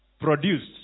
produced